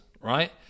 right